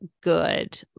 good